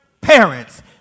parents